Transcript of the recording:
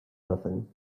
nothing